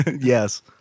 Yes